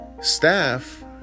staff